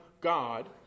God